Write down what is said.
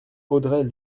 audrey